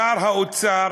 שר האוצר